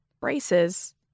Braces